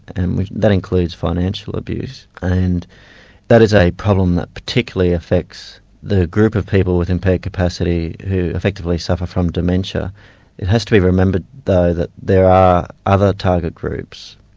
and that includes financial abuse, and that is a problem that particularly affects the group of people with impaired capacity who effectively suffer from dementia. it has to be remembered though that there are other target groups,